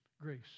Grace